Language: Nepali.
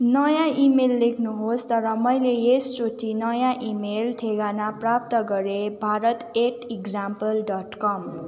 नयाँ इमेल लेख्नुहोस् तर मैले यसचोटि नयाँ इमेल ठेगाना प्राप्त गरेँ Bharat at example dot com